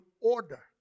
order